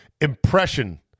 impression